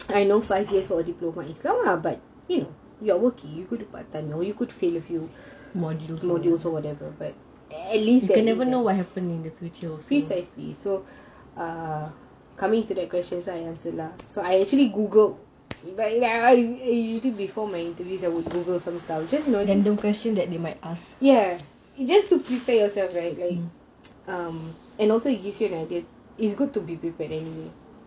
you never know what happen in the future also random questions that you might ask